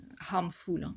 harmful